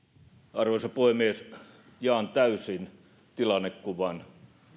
arvoisa puhemies jaan täysin tilannekuvan